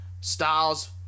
Styles